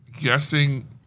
guessing